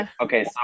okay